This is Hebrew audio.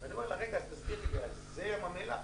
ושאלתי אותה תסבירי לי, זה ים המלח?